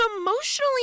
emotionally